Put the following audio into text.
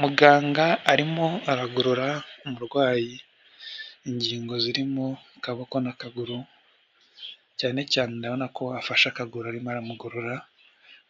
Muganga arimo aragorora umurwayi ingingo zirimo akaboko n'akaguru, cyanecyane ndabona ko afashe akaguru arimo aramugorora